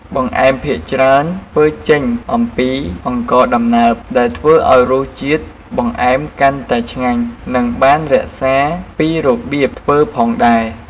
បង្អែមភាគច្រើនធ្វើចេញអំពីអង្ករដំណើប ដែលធ្វើឱ្យរសជាតិបង្អែមកាន់តែឆ្ងាញ់ និងបានរក្សាពីរបៀបធ្វើផងដែរ។